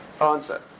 answer